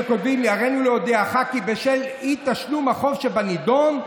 שכותבים: הרינו להודיעך כי בשל אי-תשלום החוב שבנדון,